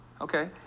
Okay